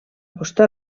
costa